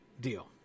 deal